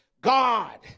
God